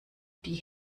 die